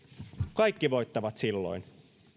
kaikki voittavat silloin